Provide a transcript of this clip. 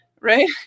Right